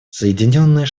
соединенные